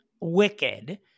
Wicked